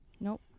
nope